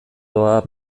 doa